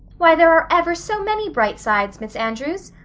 why, there are ever so many bright sides, miss andrews.